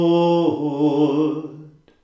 Lord